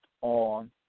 on